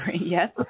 Yes